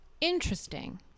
Interesting